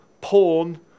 porn